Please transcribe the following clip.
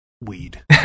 weed